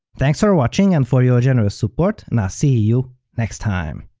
thanks for watching and for your generous support, and i'll see you next time!